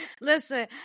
Listen